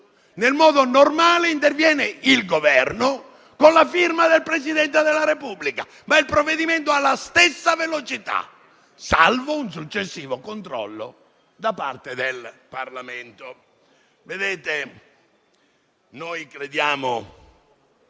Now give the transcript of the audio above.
nel modo normale interviene il Governo con la firma del Presidente della Repubblica, ma il provvedimento ha la stessa velocità, salvo un successivo controllo da parte del Parlamento. Noi crediamo